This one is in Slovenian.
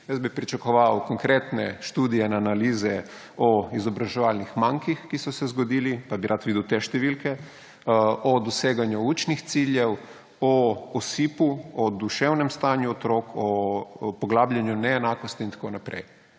Jaz bi pričakoval konkretne študije in analize o izobraževalnih mankih, ki so se zgodili, pa bi rad videl te številke, o doseganju učnih ciljev, o osipu, o duševnem stanju otrok, o poglabljanju neenakost in tako naprej.